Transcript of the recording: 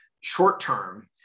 short-term